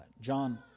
John